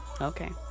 Okay